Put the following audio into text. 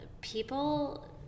people